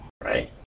right